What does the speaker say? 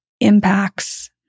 impacts